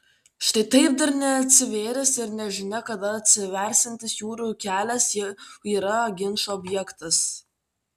štai taip dar neatsivėręs ir nežinia kada atsiversiantis jūrų kelias jau yra ginčo objektas